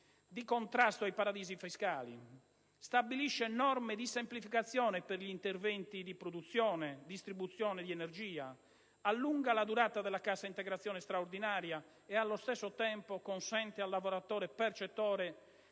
di contrasto ai paradisi fiscali. Esso stabilisce anche norme di semplificazione per gli interventi di produzione e distribuzione di energia; allunga la durata della cassa integrazione straordinaria e, allo stesso tempo, consente al lavoratore percettore